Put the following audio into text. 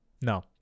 no